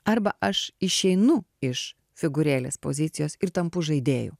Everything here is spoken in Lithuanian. arba aš išeinu iš figūrėlės pozicijos ir tampu žaidėju